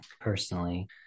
personally